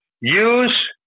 Use